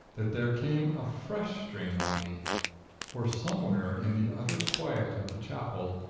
that there came a fresh strain on me for somewhere in the utter quiet of the chapel,